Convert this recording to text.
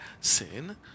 sin